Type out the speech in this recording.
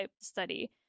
study